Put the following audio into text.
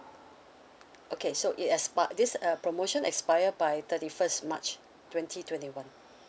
okay so it expi~ this uh promotion expire by thirty first march twenty twenty one